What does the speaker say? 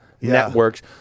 networks